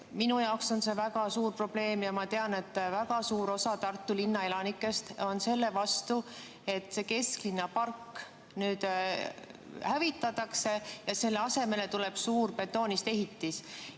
jaoks on see väga suur probleem, ja ma tean, et väga suur osa Tartu linna elanikest on selle vastu, et see kesklinna park nüüd hävitatakse ja selle asemele tuleb suur betoonist ehitis.